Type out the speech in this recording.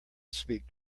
speak